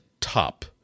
top